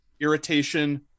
irritation